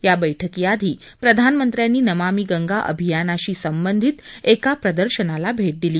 या बैठकीआधी प्रधानमंत्र्यांनी नमामि गंगा अभियानाशी संबंधित एका प्रदर्शनाला भेट दिली